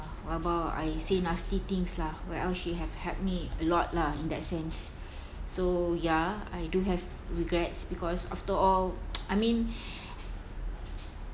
where about I say nasty things lah whereas she have helped me a lot lah in that sense so ya I do have regrets because after all I mean